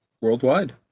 worldwide